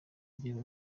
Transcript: agere